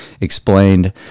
explained